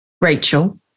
Rachel